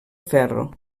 ferro